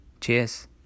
cheers